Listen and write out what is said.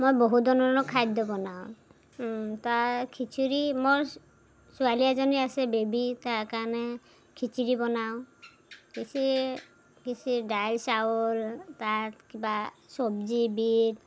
মই বহুত ধৰণৰ খাদ্য বনাওঁ তাৰ খিচৰি মোৰ ছোৱালী এজনী আছে বেবী তাৰ কাৰণে খিচিৰি বনাওঁ খিচৰি খিচৰি দাইল চাউল তাত কিবা চবজি বিট